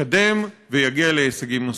יתקדם ויגיע להישגים נוספים.